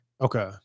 Okay